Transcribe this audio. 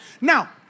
Now